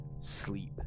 sleep